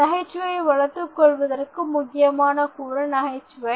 நகைச்சுவை வளர்த்துக் கொள்வதற்கு முக்கியமான கூறு நகைச்சுவை